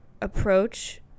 approach